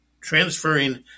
transferring